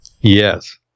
Yes